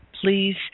please